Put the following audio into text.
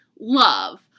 love